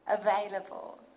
available